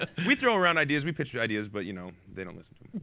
ah we throw around ideas, we pitch yeah ideas, but you know they don't listen to